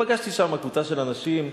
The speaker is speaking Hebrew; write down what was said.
פגשתי שם קבוצה של אנשים.